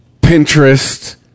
Pinterest